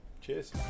Cheers